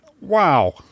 wow